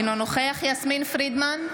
אינו נוכח יסמין פרידמן,